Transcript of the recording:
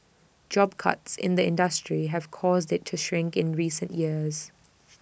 job cuts in the industry have caused IT to shrink in recent years